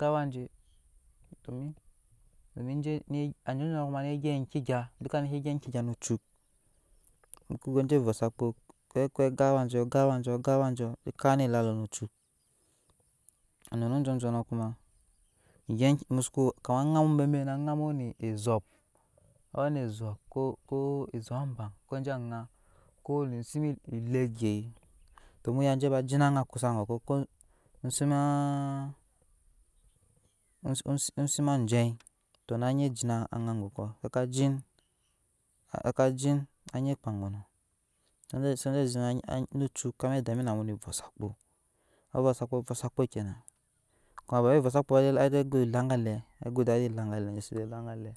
awa je domi jeni anjan janma doka nike gyep enkegya no cuk mukogo je voza kpo gan awa joo gan awaja kan anet als no cuk anunu janjan nɔ kuman egye ke musake kama anɔam benben nɛ wene ezop wenen ezop ko. ke ezop bang ko je anjaa kene siman elek gye to muya jeba jina anjaa kusa gɔkø ko anzimaa asima onjeyii saka jin anyi kpee gɔnnɔ ase zeme zega no cuk aze dami namo ne vɔɔ sakpo vɔɔsakpo vɔɔsakpa kena kuma banwe vee vɔosakpo aze go elangle ago edadi lagale ende je se laggalɛ